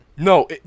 No